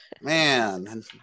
Man